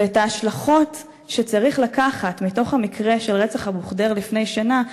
ואת ההשלכות שצריך לקחת מתוך המקרה של רצח אבו ח'דיר לפני שנה,